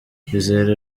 izere